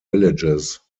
villages